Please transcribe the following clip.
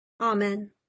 Amen